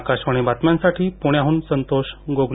आकाशवाणी बातम्यांसाठी पुण्याहून संतोष गोगले